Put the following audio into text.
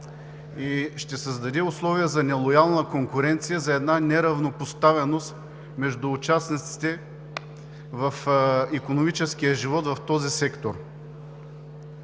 и ще създаде условия за нелоялна конкуренция за една неравнопоставеност между участниците в икономическия живот в този сектор.